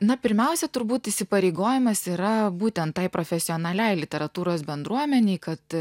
na pirmiausia turbūt įsipareigojimas yra būtent tai profesionaliai literatūros bendruomenei kad